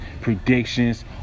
predictions